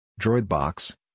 Droidbox